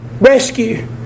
rescue